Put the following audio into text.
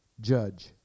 judge